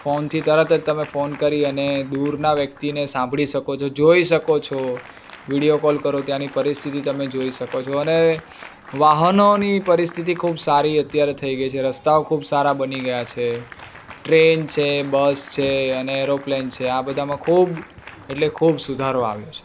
ફોનથી તરત જ તમે ફોન કરી અને દૂરના વ્યક્તિને સાંભળી શકો છો જોઈ શકો છો વિડિઓ કોલ કરો ત્યાંની પરિસ્થિતિ તમે જોઈ શકો છો અને વાહનોની પરિસ્થિતિ ખૂબ સારી અત્યારે થઈ ગઈ છે રસ્તાઓ અત્યારે ખૂબ સારા બની ગયા છે ટ્રેન છે બસ છે અને એરોપ્લેન છે આ બધામાં ખૂબ એટલે ખૂબ સુધારો આવ્યો છે